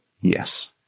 Yes